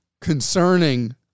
concerning